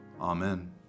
Amen